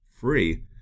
free